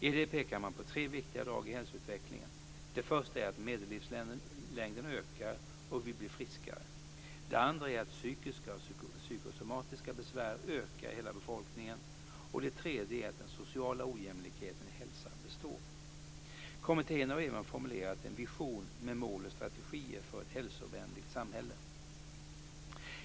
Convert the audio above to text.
I det pekar man på tre viktiga drag i hälsoutvecklingen; det första är att medellivslängden ökar och vi blir friskare, det andra är att psykiska och psykosomatiska besvär ökar i hela befolkningen och det tredje är att den sociala ojämlikheten i hälsa består. Kommittén har även formulerat en vision med mål och strategier för ett hälsovänligt samhälle.